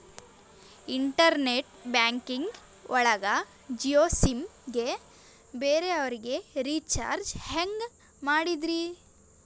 Internet banking ಒಳಗ Jio sim ಗೆ ಬೇರೆ ಅವರಿಗೆ ರೀಚಾರ್ಜ್ ಹೆಂಗ್ ಮಾಡಿದ್ರಿ?